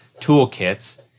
toolkits